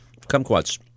kumquats